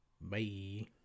bye